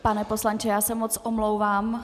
Pane poslanče, já se moc omlouvám.